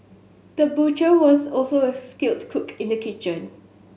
the butcher was also a skilled cook in the kitchen